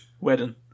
wedding